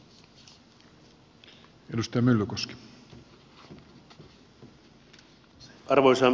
arvoisa herra puhemies